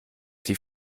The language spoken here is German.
die